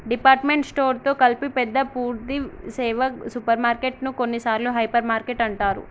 department store తో కలిపి పెద్ద పూర్థి సేవ సూపర్ మార్కెటు ను కొన్నిసార్లు హైపర్ మార్కెట్ అంటారు